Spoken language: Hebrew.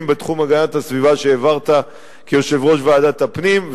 בתחום הגנת הסביבה שהעברת כיושב-ראש ועדת הפנים,